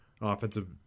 offensive